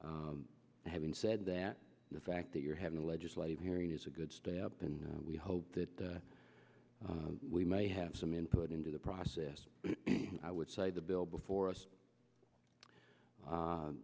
a having said that the fact that you're having a legislative hearing is a good step up and we hope that we may have some input into the process i would say the bill before us